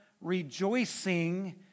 rejoicing